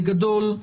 בגדול,